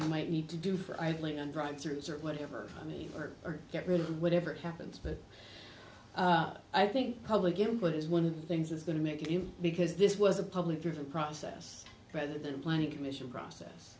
you might need to do for idling on drugs or whatever i mean or or get rid of whatever happens but i think public input is one of the things it's going to make you because this was a public driven process rather than planning commission process